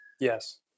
Yes